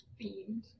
themed